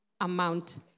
amount